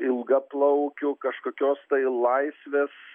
ilgaplaukių kažkokios tai laisvės